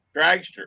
dragster